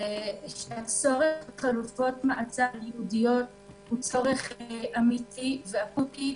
שהצורך בחלופות מעצר ייעודיות הוא צורך אמיתי ואקוטי.